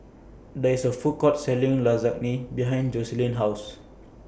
There IS A Food Court Selling Lasagne behind Joseline's House